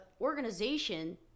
organization